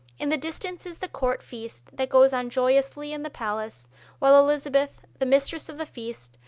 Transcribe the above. in the distance is the court feast that goes on joyously in the palace while elizabeth, the mistress of the feast,